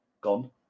gone